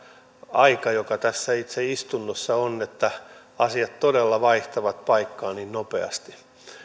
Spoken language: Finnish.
aika joka tässä itse istunnossa on asiat todella vaihtavat paikkaa niin nopeasti